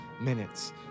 minutes